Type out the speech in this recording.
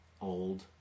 old